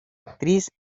actriz